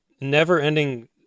never-ending